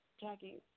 Jackie